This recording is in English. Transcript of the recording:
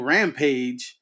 Rampage